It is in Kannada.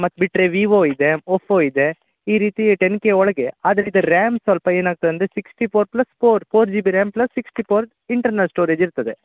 ಮತ್ತು ಬಿಟ್ಟರೆ ವಿವೋ ಇದೆ ಓಪೋ ಇದೆ ಈ ರೀತಿ ಟೆನ್ ಕೆ ಒಳಗೆ ಆದರೆ ಇದ್ರ ರ್ಯಾಮ್ ಸ್ವಲ್ಪ ಏನಾಗ್ತದೆ ಅಂದರೆ sixty four plus four four G B RAM plus sixty four internal storage ಇರ್ತದೆ